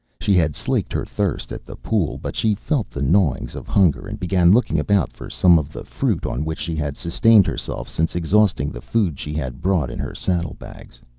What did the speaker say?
she had slaked her thirst at the pool, but she felt the gnawings of hunger and began looking about for some of the fruit on which she had sustained herself since exhausting the food she had brought in her saddle-bags.